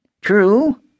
True